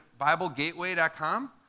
biblegateway.com